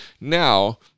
Now